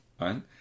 Right